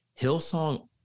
Hillsong